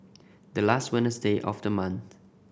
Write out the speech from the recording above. the last Wednesday of the month